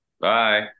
Bye